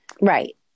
Right